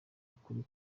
ukuri